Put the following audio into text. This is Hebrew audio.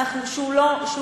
התוצאה היא נוסח החוק כרגע,